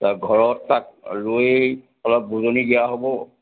তাৰ ঘৰত তাক লৈ অলপ বুজনি দিয়া হ'ব